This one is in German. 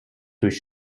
durch